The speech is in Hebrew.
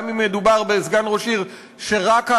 גם אם מדובר בסגן ראש עיר ורק עם